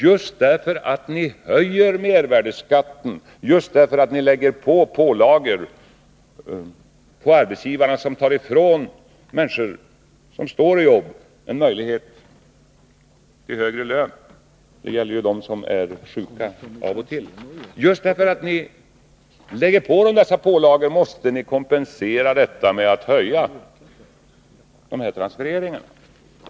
Just därför att ni höjer mervärdeskatten och på arbetsgivarna lägger pålagor som tar ifrån de människor som har jobb en möjlighet till högre lön — det gäller ju dem som är sjuka av och till — måste ni kompensera detta med att öka dessa transfereringar.